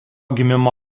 gimimo